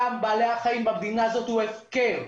דם בעלי החיים במדינה הזו הוא הפקר.